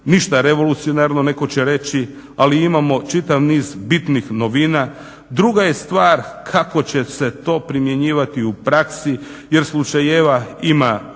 ništa revolucionarno netko će reći, ali imamo čitav niz bitnih novina. Druga je stvar kako će se to primjenjivati u praksi jer slučajeva ima